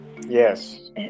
Yes